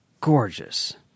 gorgeous